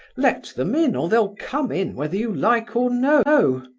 let them in, or they'll come in whether you like or no.